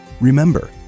Remember